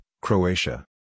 Croatia